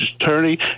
attorney